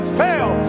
fail